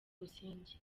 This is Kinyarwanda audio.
busingye